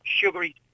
sugary